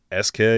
SK